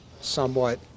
somewhat